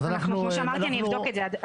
כמו שאמרתי, אני אבדוק את זה.